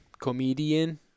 Comedian